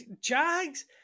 Jags